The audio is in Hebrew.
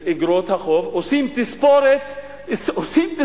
את איגרות החוב, עושים תספורת לציבור.